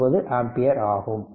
89 ampere ஆகும்